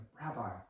Rabbi